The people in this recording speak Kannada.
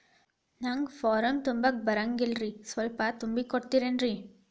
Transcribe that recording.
ನಂಗ ಫಾರಂ ತುಂಬಾಕ ಬರಂಗಿಲ್ರಿ ಸ್ವಲ್ಪ ತುಂಬಿ ಕೊಡ್ತಿರೇನ್ರಿ?